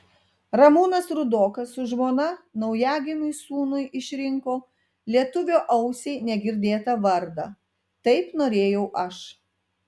ramūnas rudokas su žmona naujagimiui sūnui išrinko lietuvio ausiai negirdėtą vardą taip norėjau aš